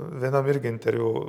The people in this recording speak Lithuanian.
vienam irgi interviu